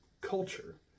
culture